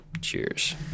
Cheers